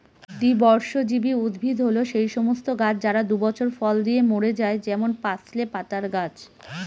দ্বিবর্ষজীবী উদ্ভিদ হল সেই সমস্ত গাছ যারা দুই বছর ফল দিয়ে মরে যায় যেমন পার্সলে পাতার গাছ